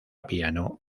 piano